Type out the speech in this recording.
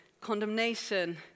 condemnation